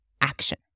action